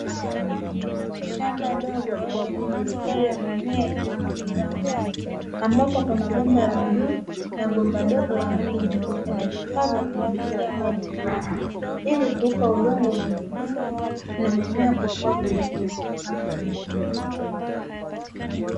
Shamba dogo lenye mistari ya mimea inayomwagiliwa maji, ambapo kuna bomba la bluu na bomba dogo la rangi na nyeupe, na vifaa vya kunyunyizia maji meupe, ili kuupa udongo unyevunyevu na mimea kukua vizuri.